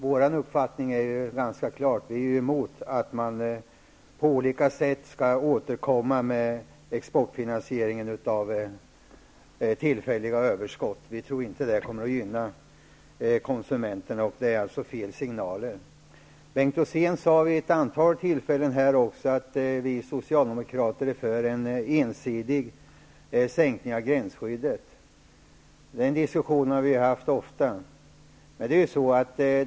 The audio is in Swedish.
Vår uppfattning är ganska klar: vi är emot att man på olika sätt skall återkomma med exportfinansiering av tillfälliga överskott. Vi tror inte att det kommer att gynna konsumenterna. Det är alltså fel siganler. Bengt Rosén sade vid ett antal tillfällen också att vi socialdemokrater är för en ensidig sänkning av gränsskyddet. Den saken har vi ju ofta diskuterat.